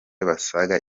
basaga